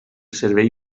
servei